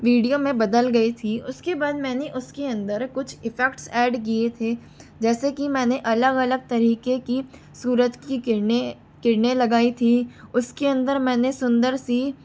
video में बदल गई थी उसके बाद मैंने उसके अंदर कुछ इफ़ेक्ट्स ऐड किए थे जैसे कि मैंने अलग अलग तरीके की सूरज की किरणें किरणें लगाई थी उसके अंदर मैंने सुंदर सी